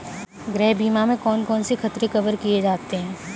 गृह बीमा में कौन कौन से खतरे कवर किए जाते हैं?